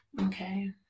Okay